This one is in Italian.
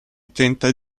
tenta